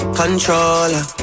controller